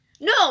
No